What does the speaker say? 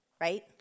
right